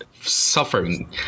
suffering